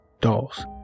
Dolls